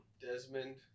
Desmond